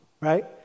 right